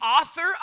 author